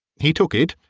he took it,